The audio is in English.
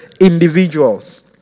individuals